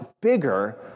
bigger